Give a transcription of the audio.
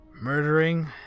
murdering